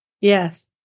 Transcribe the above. Yes